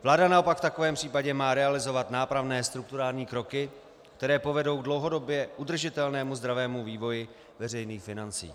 Vláda naopak v takovém případě má realizovat nápravné strukturální kroky, které povedou dlouhodobě k udržitelnému zdravému vývoji veřejných financí.